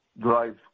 drive